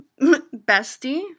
bestie